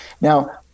Now